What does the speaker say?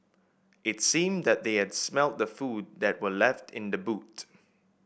it seemed that they had smelt the food that were left in the boot